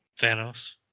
thanos